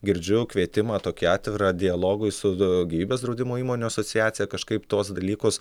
girdžiu kvietimą tokį atvirą dialogui su gyvybės draudimo įmonių asociacija kažkaip tuos dalykus